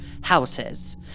houses